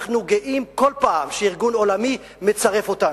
אנחנו גאים כל פעם שארגון עולמי מצרף אותנו.